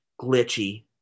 glitchy